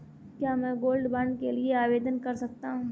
क्या मैं gold bond के लिए आवेदन कर सकता हूं?